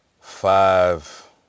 five